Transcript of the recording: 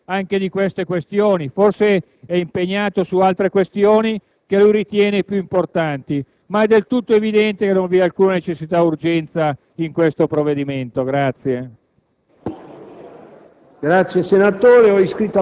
magari domani potremo parlare anche di tali questioni; forse è impegnato su altri problemi che lui ritiene più importanti. Comunque, è del tutto evidente che non vi è alcun necessità e urgenza in questo provvedimento.